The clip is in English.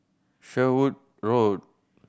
Sherwood Road